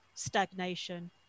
stagnation